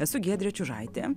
esu giedrė čiužaitė